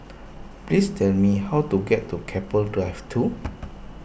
please tell me how to get to Keppel Drive two